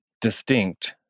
distinct